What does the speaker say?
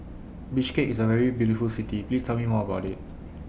Bishkek IS A very beautiful City Please Tell Me More about IT